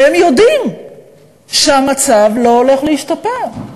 והם יודעים שהמצב לא הולך להשתפר.